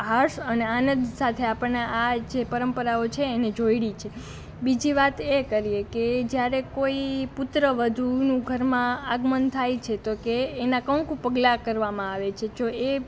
હર્ષ અને આનંદ સાથે આપણે આ જે પરંપરાઓ છે એને જોડી છે બીજી વાત એ કરીએ કે જ્યારે કોઈ પુત્રવધૂનું ઘરમાં આગમન થાય છે તો કે એનાં કંકુ પગલાં કરવામાં આવે છે જો એ